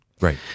Right